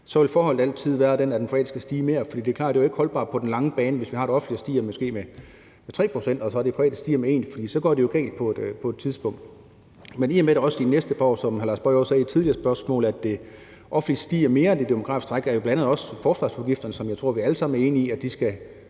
Så vil forholdet altid være det, at den private sektor skal stige mere, for det er klart, at det jo ikke er holdbart på den lange bane, hvis vi har en offentlig sektor, der stiger med måske 3 pct., mens den private stiger med 1 pct.; for så går det jo galt på et tidspunkt. Men det med, at det er sådan de næste par år, som hr. Lars Boje Mathiesen også sagde i et tidligere spørgsmål, at det offentlige stiger mere end det demografiske træk, skyldes jo bl.a. også forsvarsudgifterne, som jeg tror vi alle sammen er enige om skal